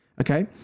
okay